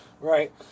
Right